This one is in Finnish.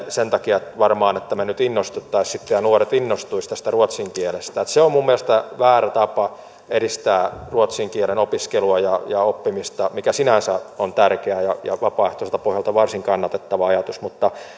sen takia että me nyt sitten innostuisimme tai nuoret innostuisivat tästä ruotsin kielestä se on minun mielestäni väärä tapa edistää ruotsin kielen opiskelua ja ja oppimista mitkä sinänsä ovat tärkeitä ja vapaaehtoiselta pohjalta varsin kannatettavia ajatuksia mutta